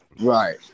Right